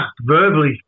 verbally